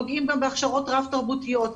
נוגעים גם בהכשרות רב-תרבותיות,